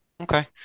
okay